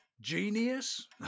Genius